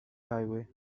highway